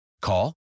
Call